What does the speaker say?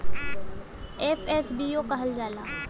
FSBO कहल जाला